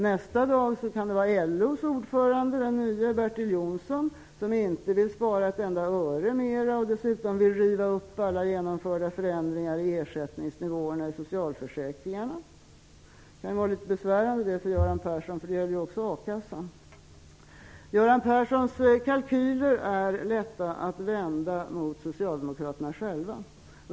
Nästa dag är det LO:s ordförande, den nye, Bertil Johnsson, som säger sig inte vilja spara ett enda öre mer och som dessutom vill riva upp alla genomförda förändringar i ersättningsnivåerna i socialförsäkringarna. Det kan vara litet besvärande för Göran Persson. Det gäller ju även a-kassan. Göran Perssons kalkyler är lätta att vända mot socialdemokraterna själva.